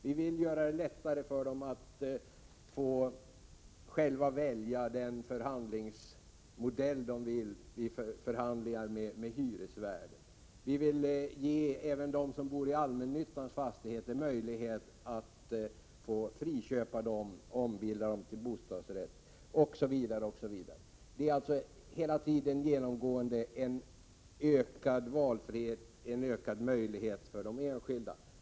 Vi vill göra det lättare för dem att själva välja den förhandlingsmodell som de vill ha i förhandlingarna med hyresvärden. Vi vill ge även dem som bor i allmännyttans fastigheter möjlighet att friköpa lägenheterna och ombilda dem till bostadsrätter. Vi har också en mängd andra förslag. Vi vill genomgående ha ökad valfrihet och större möjligheter för de enskilda.